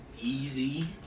easy